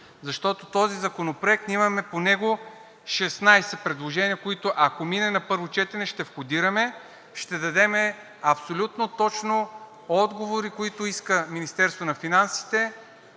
Защото този законопроект ние имаме по него 16 предложения, които, ако мине на първо четене, ще входираме, ще дадем абсолютно точно отговори, които иска Министерството на финансите,